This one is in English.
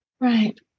Right